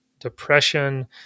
depression